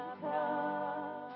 come